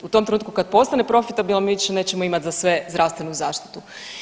U tom trenutku kad postane profitabilan mi više nećemo imati za sve zdravstvenu zaštitu.